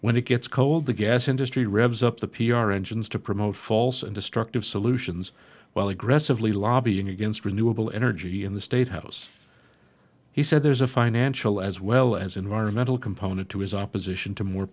when it gets cold the gas industry revs up the p r engines to promote false and destructive solutions while aggressively lobbying against renewable energy in the state house he said there's a financial as well as environmental component to his opposition to more